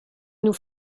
nous